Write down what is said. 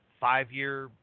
five-year